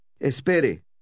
Espere